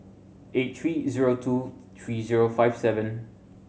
eight three zero two three zero five seven